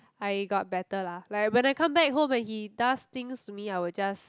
I got better lah like when I come back home and he does things to me I will just